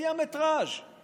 לפי המטראז';